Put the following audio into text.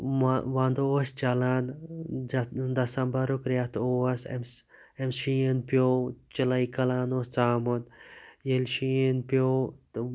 وَنٛدٕ اوس چَلان دسَمبَرُک ریٚتھ اوس امہِ امہِ شین پیٚو چلاے کَلان اوس ژامُت ییٚلہِ شین پیٚو تہٕ